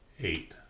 Eight